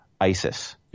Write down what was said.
ISIS